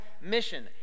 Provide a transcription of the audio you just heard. mission